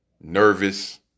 nervous